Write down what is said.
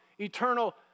eternal